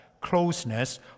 closeness